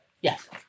Yes